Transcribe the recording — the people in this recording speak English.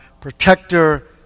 protector